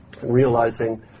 realizing